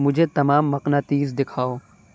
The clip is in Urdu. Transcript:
مجھے تمام مقناطیس دکھاؤ